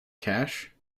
cash